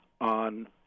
on